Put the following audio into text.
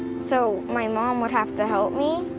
so my mom would have to help me